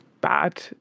bad